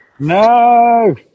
No